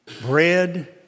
Bread